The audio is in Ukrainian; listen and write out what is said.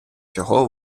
чого